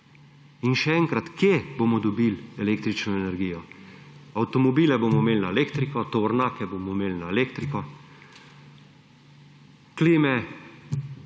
In še enkrat, kje bomo dobili električno energijo? Avtomobile bomo imeli na elektriko, tovornjake bomo imeli na elektriko, vidimo,